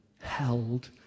held